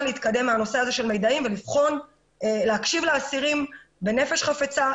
להתקדם מהנושא הזה של מידעים ולהקשיב לאסירים בנפש חפצה,